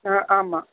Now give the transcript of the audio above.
ஆமாம்